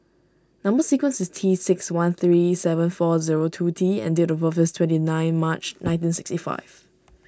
Number Sequence is T six one three seven four zero two T and date of birth is twenty nine March nineteen sixty five